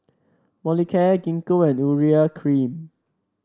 Molicare Gingko and Urea Cream